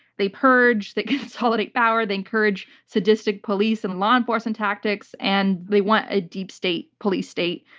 they purge. they consolidate power. they encourage sadistic police and law enforcement tactics, and they want a deep state police state,